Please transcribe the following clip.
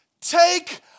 Take